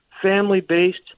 family-based